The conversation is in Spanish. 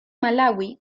malaui